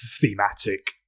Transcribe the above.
thematic